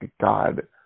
God